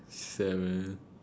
sad man